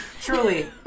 Truly